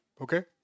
Okay